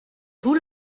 vous